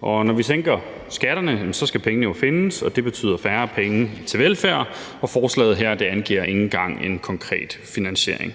Og når vi sænker skatterne, skal pengene jo findes, og det betyder færre penge til velfærd, og forslaget her angiver ikke engang en konkret finansiering.